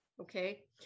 Okay